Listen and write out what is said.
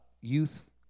youth